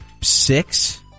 six